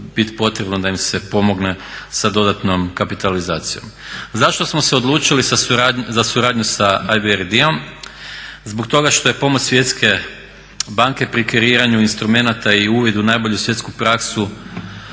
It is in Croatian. biti potrebno da im se pomogne sa dodatnom kapitalizacijom. Zašto smo se odlučili za suradnju sa IBRD-om? Zbog toga što je pomoć svjetske banke pri kreiranju instrumenata i uvid u najbolju svjetsku praksu